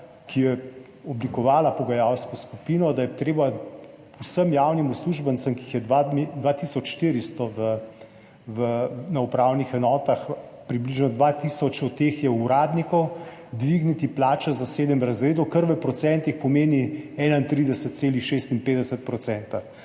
ki je oblikovala pogajalsko skupino, da je treba vsem javnim uslužbencem, ki jih je 2400 na upravnih enotah, približno 2000 od teh je uradnikov, dvigniti plače za sedem razredov, kar v procentih pomeni 31,56 %.